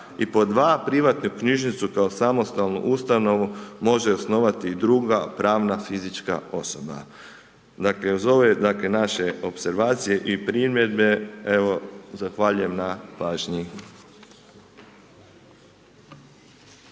i pod dva, privatnu knjižnicu kao samostalnu ustanovu može osnovati druga pravna fizička osoba. Dakle, uz ove, dakle, naše opservacije i primjedbe, evo, zahvaljujem na pažnji.